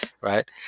right